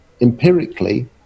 empirically